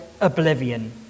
oblivion